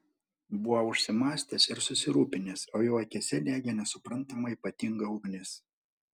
buvo užsimąstęs ir susirūpinęs o jo akyse degė nesuprantama ypatinga ugnis